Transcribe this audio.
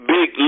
Big